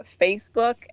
Facebook